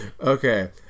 Okay